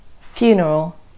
funeral